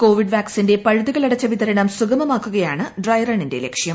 Covid വാക്സിന്റെ പഴുതുകളടച്ച വിതരണം സുഗമമാക്കുകയാണ് ഡ്രൈ റണ്ണിന്റെ ലക്ഷ്യം